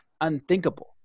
unthinkable